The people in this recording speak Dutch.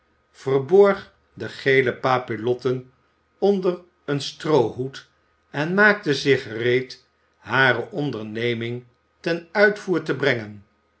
verborg de gele papillotten onder een stroohoed en maakte zich gereed hare onderneming ten uitvoer te brengen